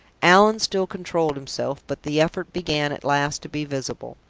allan still controlled himself, but the effort began at last to be visible.